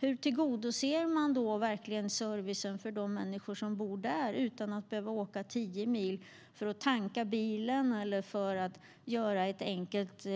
Hur tillgodoser man servicen för de människor som bor där så att de inte behöver åka tio mil för att tanka bilen eller göra ett enkelt